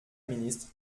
ministre